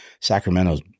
Sacramento's